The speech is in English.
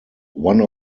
one